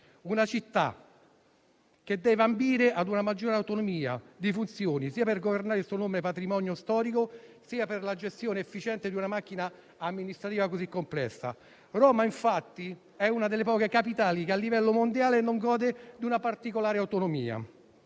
Una città che deve ambire a una maggiore autonomia di funzioni sia per governare il suo enorme patrimonio storico sia per la gestione efficiente di una macchina amministrativa così complessa. Roma, infatti, è una delle poche capitali che a livello mondiale non gode di una particolare autonomia.